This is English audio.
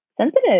sensitive